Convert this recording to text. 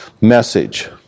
message